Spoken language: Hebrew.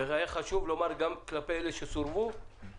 חשוב לי לומר שגם אם אלו שהיו פה היום